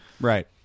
Right